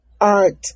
art